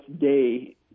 day